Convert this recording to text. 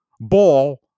ball